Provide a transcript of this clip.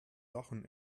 lachen